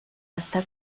està